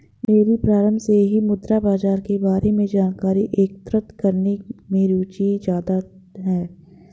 मेरी प्रारम्भ से ही मुद्रा बाजार के बारे में जानकारी एकत्र करने में रुचि ज्यादा है